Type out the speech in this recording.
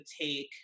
take